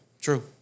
true